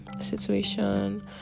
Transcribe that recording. situation